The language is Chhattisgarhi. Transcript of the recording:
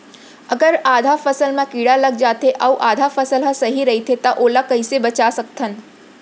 अगर आधा फसल म कीड़ा लग जाथे अऊ आधा फसल ह सही रइथे त ओला कइसे बचा सकथन?